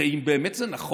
הרי אם באמת זה נכון,